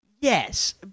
Yes